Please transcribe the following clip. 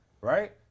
Right